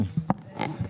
רבה.